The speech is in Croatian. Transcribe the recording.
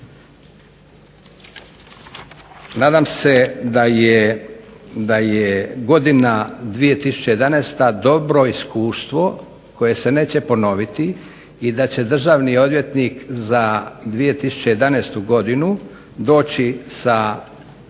Nadam se da je godina 2011. dobro iskustvo koje se neće ponoviti i da će državni odvjetnik za 2011. godinu doći sa